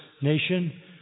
nation